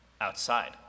outside